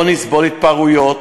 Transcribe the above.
לא נסבול התפרעויות,